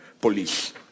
police